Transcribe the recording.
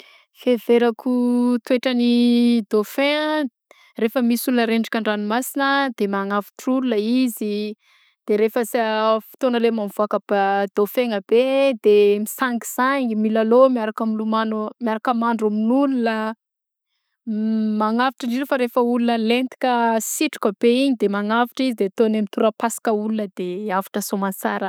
Fiheverako toetra n'ny dauphin an rehefa misy olona rendrika an-dranomasina de magnavotra olona izy de rehefa sea- fotoagna le mavaôka ban dauphin-gna be de misangisangy; milalao miaraka miloma- miaraka mandro amin'ny olona m magnavotra indrindra fa rehefa olona lentika sitrika be igny d magnavotra izy ataogny amin'ny torapasika olona de avotra sômatsara.